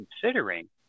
considering